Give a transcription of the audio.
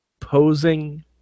posing